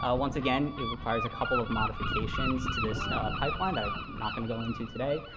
ah once again, it requires a couple of modifications to this pipeline that i'm not going to go into today.